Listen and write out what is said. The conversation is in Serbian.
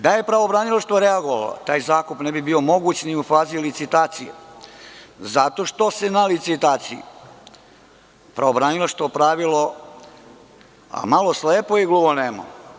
Da je pravobranilaštvo reagovalo taj zakup ne bi bio moguć ni u fazi licitacije zato što se na licitaciji pravobranilaštvo pravilo malo slepo i gluvonemo.